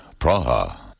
Praha